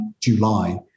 July